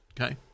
Okay